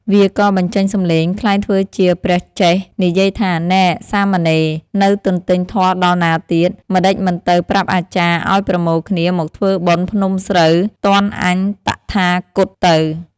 វាក៏បញ្ចេញសំឡេងក្លែងធ្វើជាព្រះចេះនិយាយថា នែ ! សាមណេរ ! នៅទន្ទេញធម៌ដល់ណាទៀត ! ម្ដេចមិនទៅប្រាប់អាចារ្យឲ្យប្រមូលគ្នាមកធ្វើបុណ្យភ្នំស្រូវ ទាន់អញតថាគតទៅ ។